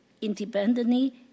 independently